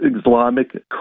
Islamic